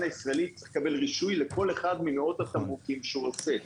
הישראלי יקבל רישוי לכל אחד ממאות התמרוקים שהוא עושה.